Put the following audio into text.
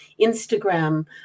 Instagram